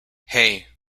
hey